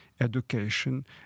education